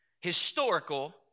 Historical